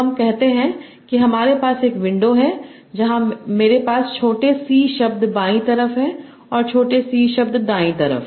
तो हम कहते हैं कि हमारे पास एक विंडो है जहाँ मेरे पास छोटे c शब्द बायीं तरफ हैं और छोटे c शब्द दायीं तरफ